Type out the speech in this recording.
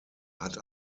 hat